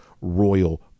Royal